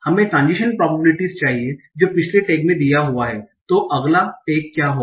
हमें transition probabilities चाहिए जो पिछले टैग में दिया हुआ हैं तो अगला टैग क्या होगा